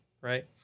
right